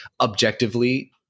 objectively